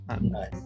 Nice